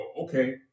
okay